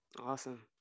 awesome